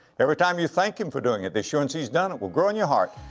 every time you thank him for doing it the assurance he's done it will grow in your heart.